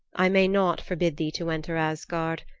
i may not forbid thee to enter asgard.